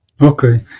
Okay